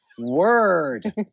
word